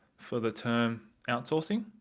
for the term outsourcing,